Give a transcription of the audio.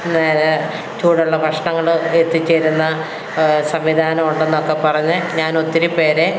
ചൂടുള്ള ഭക്ഷണങ്ങൾ എത്തിച്ചേരുന്ന സംവിധാനം ഉണ്ടെന്നൊക്കെ പറഞ്ഞ് ഞാനൊത്തിരി പേരെ